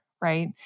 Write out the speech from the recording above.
Right